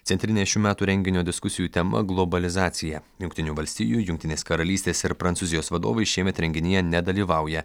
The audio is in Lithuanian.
centrinė šių metų renginio diskusijų tema globalizacija jungtinių valstijų jungtinės karalystės ir prancūzijos vadovai šiemet renginyje nedalyvauja